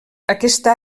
aquesta